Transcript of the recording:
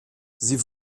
sie